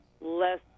less